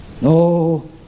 No